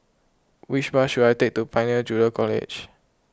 which bus should I take to Pioneer Junior College